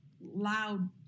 loud